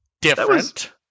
different